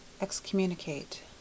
excommunicate